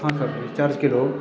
हां sir recharge केलो